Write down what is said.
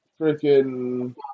freaking